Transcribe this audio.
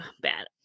bad